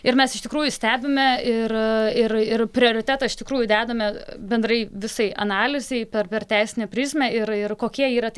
ir mes iš tikrųjų stebime ir ir prioritetą iš tikrųjų dedame bendrai visai analizei per per teisinę prizmę ir ir kokie yra tie